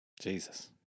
Jesus